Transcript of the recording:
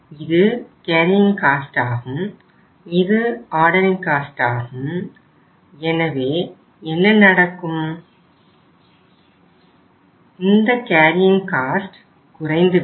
இது carrying cost குறைந்துவிடும்